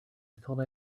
thought